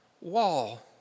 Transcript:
Wall